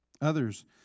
Others